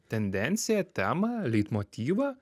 tendenciją temą leitmotyvą